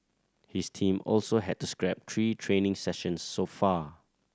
his team also had to scrap three training sessions so far